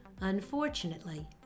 Unfortunately